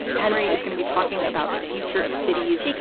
henry is going to be talking about the future of cities.